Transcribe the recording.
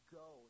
go